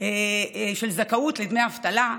של זכאות לדמי אבטלה,